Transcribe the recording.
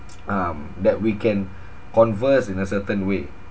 um that we can converse in a certain way